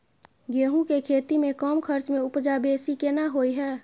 गेहूं के खेती में कम खर्च में उपजा बेसी केना होय है?